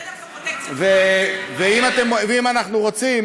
זה דווקא פרוטקציה טובה, ואם אנחנו רוצים,